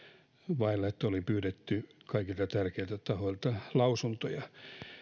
vailla sitä että olisi pyydetty kaikilta tärkeiltä tahoilta lausuntoja